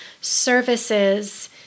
services